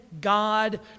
God